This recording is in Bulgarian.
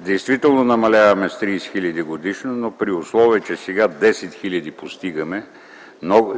Действително намаляваме с 30 хил. годишно, но при условие че сега постигаме 10 хиляди